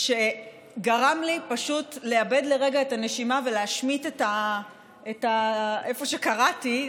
שגרם לי פשוט לאבד לרגע את הנשימה ולהשמיט את איפה שקראתי,